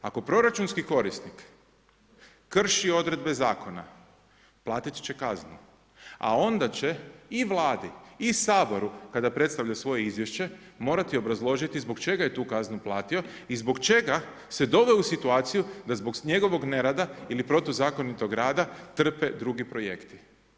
Ako proračunski korisnik krše odredbe zakona, platit će kaznu a onda će i Vladi i Saboru kada predstavlja svoje izvješće, morati obrazložiti zbog čega je tu kaznu platio i zbog čega se doveo u situaciju da zbog njegovog nerada ili protuzakonitog rada trpe drugi projekti.